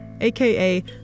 aka